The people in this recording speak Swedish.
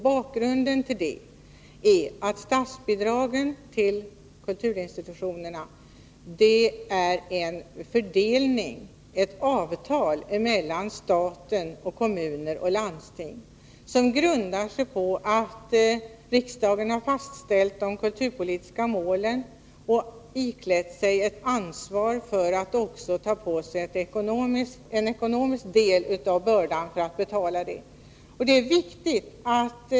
Bakgrunden till det är att statsbidragen till kulturinstitutionerna är baserade på ett avtal mellan stat, kommun och landsting, som grundar sig på att riksdagen har fastställt de kulturpolitiska målen och iklätt sig ett ansvar för att också ta på sig en ekonomisk del av bördan.